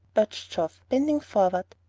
urged geoff, bending forward.